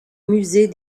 musée